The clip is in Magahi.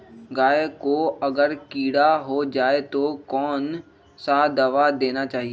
गाय को अगर कीड़ा हो जाय तो कौन सा दवा देना चाहिए?